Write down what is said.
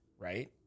right